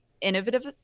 innovative